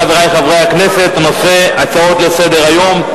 חברי חברי הכנסת, הצעות לסדר-היום.